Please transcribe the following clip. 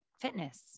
fitness